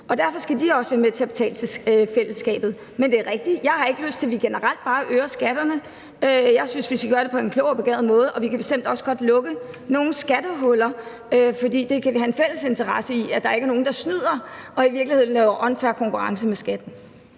Og derfor skal de også være med til at betale til fællesskabet. Men det er rigtigt, at jeg ikke har lyst til, at vi generelt bare øger skatterne. Jeg synes, vi skal gøre det på en klog og begavet måde. Og vi kan bestemt også godt lukke nogle skattehuller, for det kan vi have en fælles interesse i, altså at der ikke er nogen, der snyder og i virkeligheden laver unfair konkurrence med skatten.